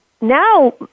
now